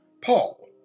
Paul